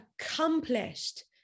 accomplished